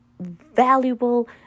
valuable